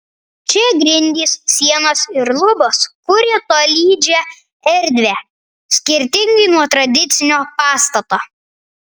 čia grindys sienos ir lubos kuria tolydžią erdvę skirtingai nuo tradicinio pastato